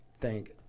thank